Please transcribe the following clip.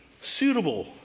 suitable